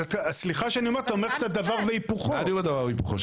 אז סליחה שאני אומר, אתה אומר קצת דבר והיפוכו.